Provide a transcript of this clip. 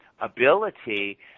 ability